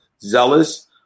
zealous